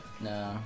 No